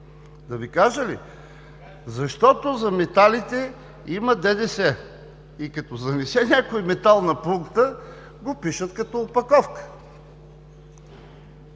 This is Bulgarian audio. Да Ви кажа ли? Защото за металите има ДДС и като занесе някой метал на пункта, го пишат като опаковка.